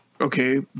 okay